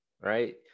right